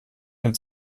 den